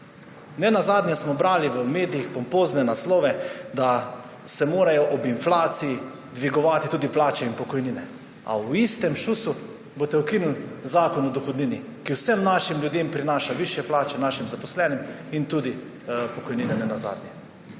Ne nazadnje smo brali v medijih pompozne naslove, da se morajo ob inflaciji dvigovati tudi plače in pokojnine, a v istem šusu boste ukinili Zakon o dohodnini, ki vsem našim zaposlenim ljudem prinaša višje plače in ne nazadnje tudi pokojnine. Minister